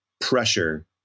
pressure